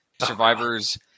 Survivors